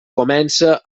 comença